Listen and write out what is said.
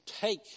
take